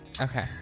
Okay